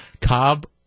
Cobb